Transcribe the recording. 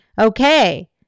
okay